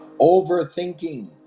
Overthinking